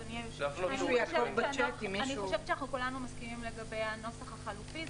אני חושבת שכולנו מסכימים לגבי הנוסח החלופי,